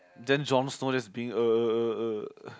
then John Snow just being